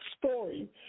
story